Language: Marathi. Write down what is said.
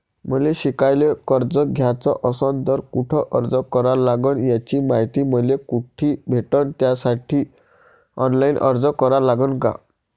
मले शिकायले कर्ज घ्याच असन तर कुठ अर्ज करा लागन त्याची मायती मले कुठी भेटन त्यासाठी ऑनलाईन अर्ज करा लागन का?